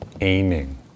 aiming